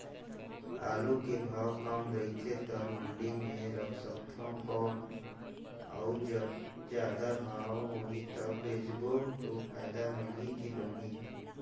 आलू के भाव कम रथे तो मंडी मे रख सकथव कौन अउ जब जादा भाव होही तब बेचबो तो फायदा मिलही की बनही?